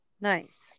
Nice